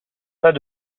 pas